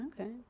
Okay